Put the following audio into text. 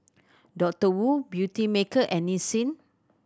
Doctor Wu Beautymaker and Nissin